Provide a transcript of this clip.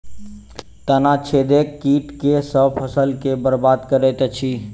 तना छेदक कीट केँ सँ फसल केँ बरबाद करैत अछि?